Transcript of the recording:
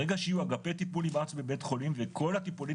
ברגע שיהיו אגפי טיפול נמרץ בבתי חולים וכל הטיפולים